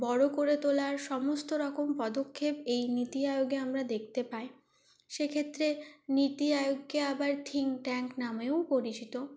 বড় করে তোলার সমস্ত রকম পদক্ষেপ এই নীতি আয়োগে আমরা দেখতে পাই সেক্ষেত্রে নীতি আয়োগকে আবার থিঙ্ক ট্যাঙ্ক নামেও পরিচিত